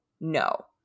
no